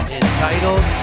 entitled